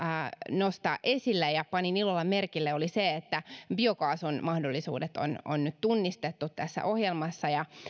nostaa esille ja panin ilolla merkille oli se että biokaasun mahdollisuudet on on nyt tunnistettu tässä ohjelmassa ja